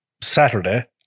Saturday